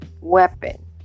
weapon